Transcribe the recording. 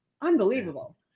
Unbelievable